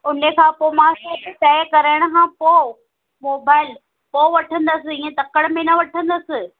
उनहीअ खां पोइ मां तइ करण खां पोइ मोबाइल पोइ वठंदसि इएं तकड़ि में न वठंदसि